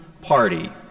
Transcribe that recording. party